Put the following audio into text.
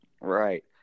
Right